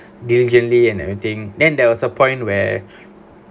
diligently and everything then there was a point where